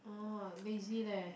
oh lazy leh